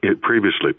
previously